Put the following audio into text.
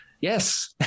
Yes